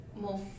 more